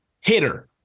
hitter